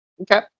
Okay